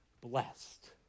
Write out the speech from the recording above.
blessed